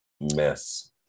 mess